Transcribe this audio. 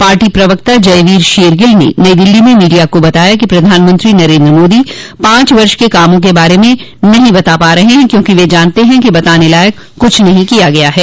party प्रवक्ता जयवीर शेरगिल ने नई दिल्ली में मीडिया को बताया कि प्रधानमंत्री नरेन्द्र मोदी पांच वर्ष के कामों के बारे में नहीं बता रहे हैं क्योंकि वे जानते हैं कि बताने लायक कुछ नहीं किया गया है